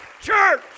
church